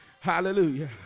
Hallelujah